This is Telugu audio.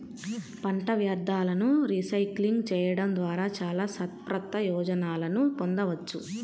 పంట వ్యర్థాలను రీసైక్లింగ్ చేయడం ద్వారా చాలా సత్ప్రయోజనాలను పొందవచ్చు